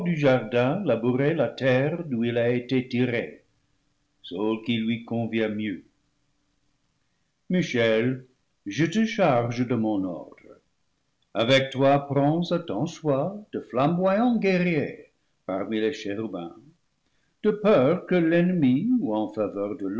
jardin labourer la terre d'où il a été tiré sol qui lui convient mieux michel je te charge de mon ordre avec toi prends à ton choix de flamboyants guerriers parmi les chérubins de peur que l'ennemi ou en faveur de